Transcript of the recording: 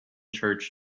church